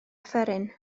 offeryn